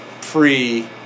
free